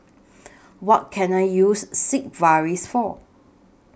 What Can I use Sigvaris For